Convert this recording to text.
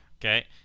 Okay